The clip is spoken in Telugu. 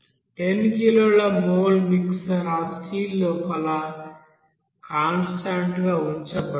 10 కిలోల మోల్ మిక్సర్ ఆ స్టీల్ లోపల కాన్స్టాంట్ గా ఉంచబడుతుంది